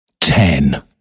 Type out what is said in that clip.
ten